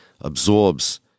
absorbs